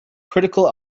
critical